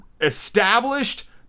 established